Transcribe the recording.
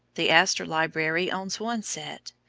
the astor library owns one set.